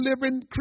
living